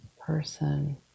person